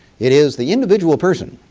it is the individual person,